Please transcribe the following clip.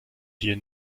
hier